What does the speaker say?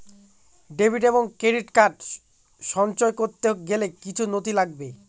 Debit এবং credit card সক্রিয় করতে গেলে কিছু নথি লাগবে?